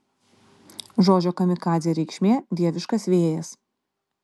žodžio kamikadzė reikšmė dieviškas vėjas